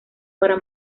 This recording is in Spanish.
para